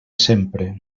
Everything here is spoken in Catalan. sempre